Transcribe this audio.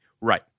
Right